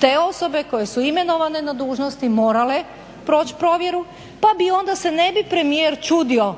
te osobe koje su imenovane na dužnosti morale proći provjeru pa se onda ne bi premijer čudio